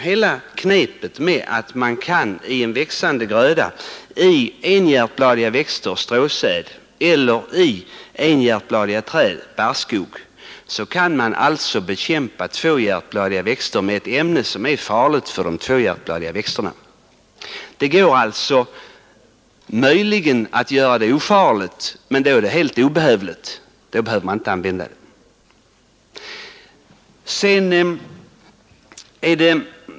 Hela knepet består i att man i en växande gröda av enhjärtbladiga växter, t.ex. stråsäd, eller av enhjärtbladiga träd, t.ex. barrträd, kan bekämpa tvåhjärtbladiga växter med ett ämne som är farligt för tvåhjärtbladiga växter. Det går möjligen att få fram ofarliga medel, men då är de helt obehövliga.